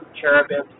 cherubim